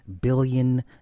billion